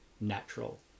natural